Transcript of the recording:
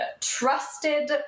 trusted